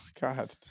god